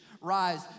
rise